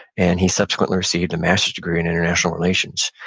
and he subsequently received a master's degree in international relations.